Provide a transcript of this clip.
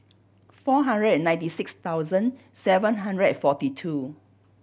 four hundred ninety six thousand seven hundred forty two